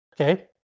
Okay